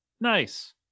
nice